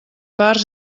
parts